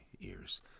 ears